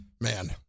man